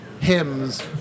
hymns